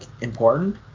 important